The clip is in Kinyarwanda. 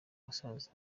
umusaza